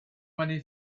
many